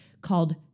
called